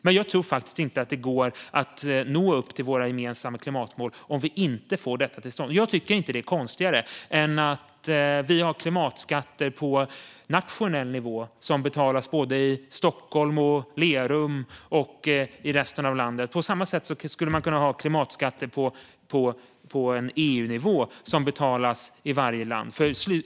Men jag tror faktiskt inte att det går att nå upp till våra gemensamma klimatmål om vi inte får detta till stånd. Jag tycker inte att det är konstigare än att vi har klimatskatter på nationell nivå som betalas både i Stockholm och i Lerum och i resten av landet. På samma sätt skulle man kunna ha klimatskatter på EU-nivå som betalas i varje land.